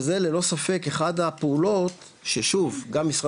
וזה ללא ספק אחד הפעולות ששוב גם משרד